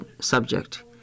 subject